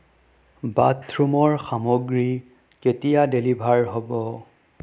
বাথৰুমৰ সামগ্ৰী কেতিয়া ডেলিভাৰ হ'ব